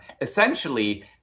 essentially